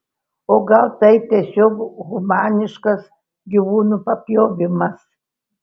o gal tai tiesiog humaniškas gyvūnų papjovimas